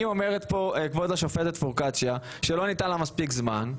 אומרת כאן כבוד השופטת פרוקצ'יה שלא ניתן לה מספיק זמן,